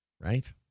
Right